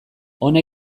hona